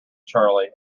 charley